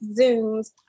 Zooms